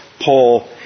Paul